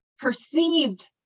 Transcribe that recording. perceived